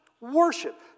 Worship